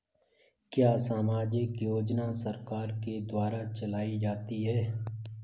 क्या सामाजिक योजना सरकार के द्वारा चलाई जाती है?